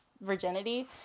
virginity